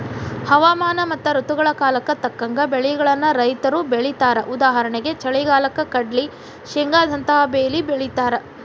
ಹವಾಮಾನ ಮತ್ತ ಋತುಗಳ ಕಾಲಕ್ಕ ತಕ್ಕಂಗ ಬೆಳಿಗಳನ್ನ ರೈತರು ಬೆಳೇತಾರಉದಾಹರಣೆಗೆ ಚಳಿಗಾಲಕ್ಕ ಕಡ್ಲ್ಲಿ, ಶೇಂಗಾದಂತ ಬೇಲಿ ಬೆಳೇತಾರ